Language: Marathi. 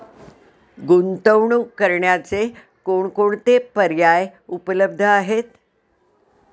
गुंतवणूक करण्याचे कोणकोणते पर्याय उपलब्ध आहेत?